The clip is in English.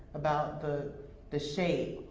about the the shape,